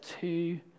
two